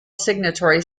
signatory